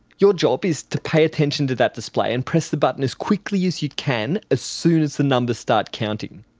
your job is to pay attention to that display and press the button as quickly as you can as soon as the numbers start counting.